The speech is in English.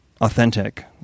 authentic